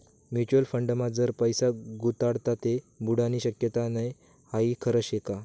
Mutual फंडमा जर पैसा गुताडात ते बुडानी शक्यता नै हाई खरं शेका?